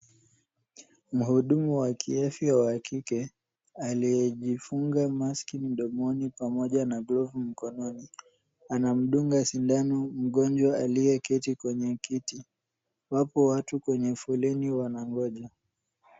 Mhudumu wa kiafya wa kike aliyejifunga maski mdomoni pamoja na glovu mkononi, anamdunga sindano mgonjwa aliyeketi kwenye kiti. Wapo watu kwenye foleni wanangoja.